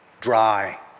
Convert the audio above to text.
dry